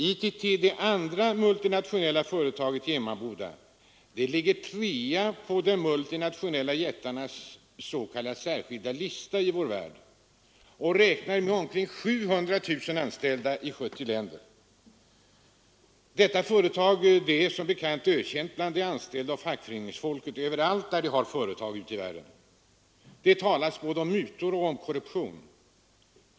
ITT — det andra multinationella företaget i Emmaboda — ligger trea på de multinationella jättarnas s.k. särskilda lista och räknar med omkring 700 000 anställda i 70 länder. Detta företag är som bekant ökänt bland de anställda och fackföreningsfolket överallt ute i världen där det har sin verksamhet. Det talas både om mutor och om korruption.